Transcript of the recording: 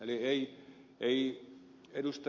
eli ei ed